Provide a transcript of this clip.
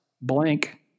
blank